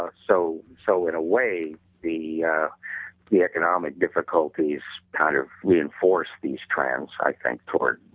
ah so so, in a way the yeah the economic difficulties kind of reinforce these trends i think toward